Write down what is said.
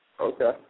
Okay